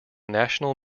national